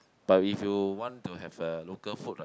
but if you want to have a local food right